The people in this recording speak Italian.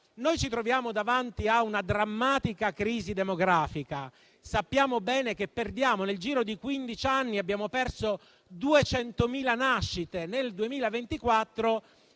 Noi ci troviamo davanti a una drammatica crisi demografica. Sappiamo bene che, nel giro di quindici anni, abbiamo perso 200.000 nascite e si